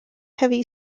heavy